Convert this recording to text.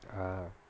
ah